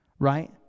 right